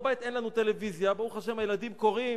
לנו בבית אין טלוויזיה, ברוך השם הילדים קוראים.